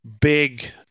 big